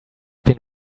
been